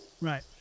Right